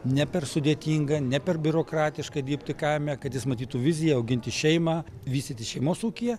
ne per sudėtinga ne per biurokratiška dirbti kaime kad jis matytų viziją auginti šeimą vystyti šeimos ūkyje